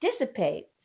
dissipates